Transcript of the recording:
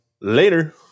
Later